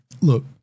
look